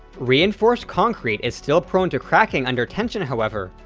reinforced concrete is still prone to cracking under tension, however,